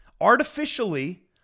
artificially